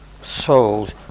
souls